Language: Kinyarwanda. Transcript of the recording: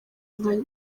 nka